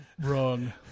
wrong